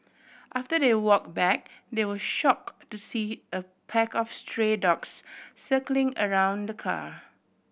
after they walk back they were shock to see a pack of stray dogs circling around the car